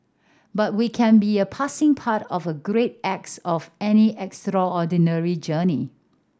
but we can be a passing part of the great acts of any extraordinary journey